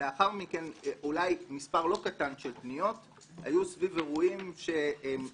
לאחר מכן מספר לא קטן של פניות היו סביב אירועים כלליים,